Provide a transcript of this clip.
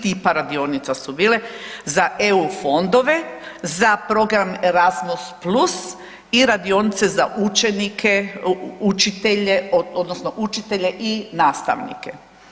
Tri tipa radionica su bile, za EU fondove, za program Erasmus+ i radionice za učenike, učitelje odnosno učitelje i nastavnike.